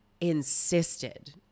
insisted